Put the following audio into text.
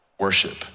worship